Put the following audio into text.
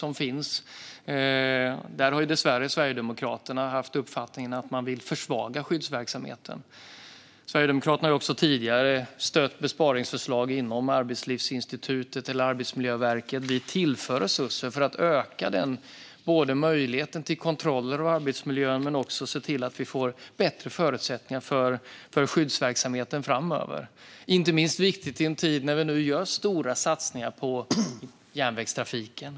Sverigedemokraterna har dessvärre haft uppfattningen att man ska försvaga skyddsverksamheten. Sverigedemokraterna har också tidigare stöttat besparingsförslag inom Arbetsmiljöinstitutet eller Arbetsmiljöverket. Vi tillför resurser, både för att öka möjligheten till kontroller av arbetsmiljön och för att se till att vi får bättre förutsättningar för skyddsverksamheten framöver. Det är inte minst viktigt i en tid då vi gör stora satsningar på järnvägstrafiken.